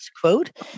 quote